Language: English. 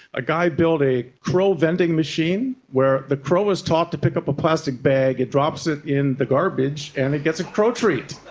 a guy built a crow vending machine where the crow was taught to pick up a plastic bag, it drops it in the garbage and it gets a crow treat.